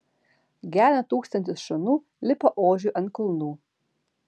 gena tūkstantis šunų lipa ožiui ant kulnų